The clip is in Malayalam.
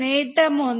നേട്ടം 1